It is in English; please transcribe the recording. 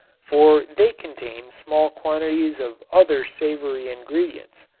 for they contain small quantities of other savory ingredients.